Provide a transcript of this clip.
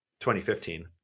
2015